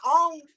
own